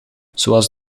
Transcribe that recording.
zoals